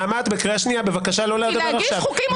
נעמה, את בקריאה שנייה, בבקשה לא לדבר עכשיו.